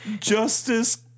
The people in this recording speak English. Justice